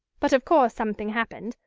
but of course something happened,